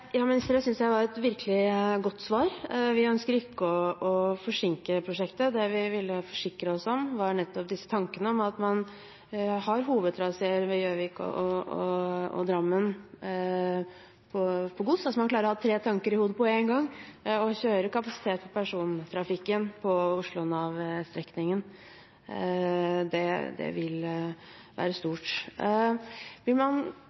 Det synes jeg var et virkelig godt svar. Vi ønsker ikke å forsinke prosjektet. Det vi ville forsikre oss om, var nettopp disse tankene om at man har hovedtraseer ved Gjøvik og Drammen på gods, og at man altså klarer å ha tre tanker i hodet på en gang og kjører kapasitet på persontrafikken på Oslo-Navet-strekningen. Det vil være stort. Jeg har bare ett tilleggsspørsmål: Vil man